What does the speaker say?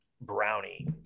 brownie